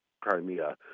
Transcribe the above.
Crimea